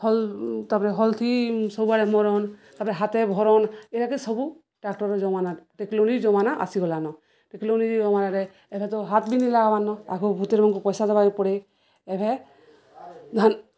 hall ତାପରେ ହଲ୍ଥି ସବୁଆଡ଼େ ମରନ୍ ତାପରେ ହାତରେ ଭରନ୍ ଏଗାକେ ସବୁ ଟ୍ରାକ୍ଟର ଜମାନାରେ ଟେକ୍ନୋଲୋଜି ଜମାନା ଆସିଗଲାନ ଟେକ୍ନୋଲୋଜି ଜମାନାରେ ଏବେ ତ ହାତ ବି ନି ଲାଗାବରାନ ଆଗକୁ ଭୂତରେ ମଙ୍କୁ ପଇସା ଦବାଇ ପଡ଼େ ଏବେ ଧାନ